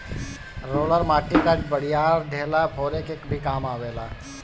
roller माटी कअ बड़ियार ढेला फोरे के भी काम आवेला